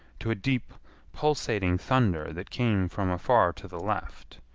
to a deep pulsating thunder that came from afar to the left,